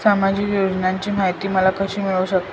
सामाजिक योजनांची माहिती मला कशी मिळू शकते?